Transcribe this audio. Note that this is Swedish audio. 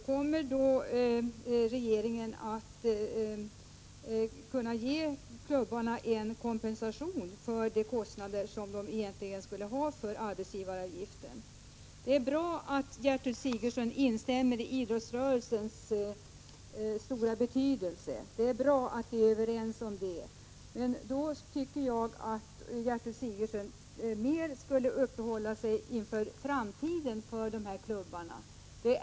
Kommer regeringen att kunna ge klubbarna kompensation för de kostnader som de egentligen skulle ha för arbetsgivaravgift? Det är bra att Gertrud Sigurdsen instämmer i att idrottsrörelsen har stor betydelse — det är bra att vi är överens om det. Men då tycker jag att Gertrud Sigurdsen mer skulle uppehålla sig vid framtiden för klubbarna.